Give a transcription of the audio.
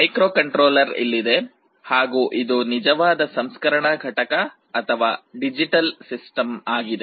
microcontroller ಇಲ್ಲಿದೆ ಹಾಗೂ ಇದು ನಿಜವಾದ ಸಂಸ್ಕರಣಾ ಘಟಕ ಅಥವಾ ಡಿಜಿಟಲ್ ಸಿಸ್ಟಮ್ ಆಗಿದೆ